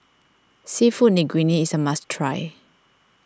Seafood Linguine is a must try